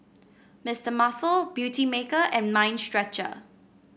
Mister Muscle Beautymaker and Mind Stretcher